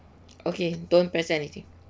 okay don't press anything